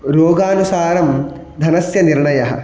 रोगानुसारं धनस्य निर्णयः